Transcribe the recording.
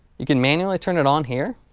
you can manually turn it on here